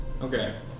Okay